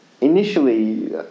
initially